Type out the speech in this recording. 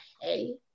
hey